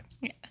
Yes